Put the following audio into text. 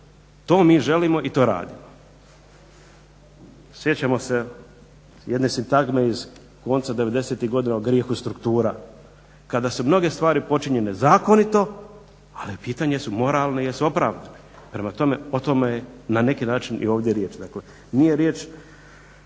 To mi želimo i to radimo. Sjećamo se jedne sintagme iz konca devedesetih godina o grijehu struktura kada su mnoge stvari počinjene zakonito, ali pitanje je jesu moralne, jesu opravdane. Prema tome, o tome na neki način i ovdje riječ. Dakle, nije riječ